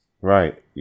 Right